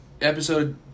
Episode